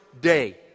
day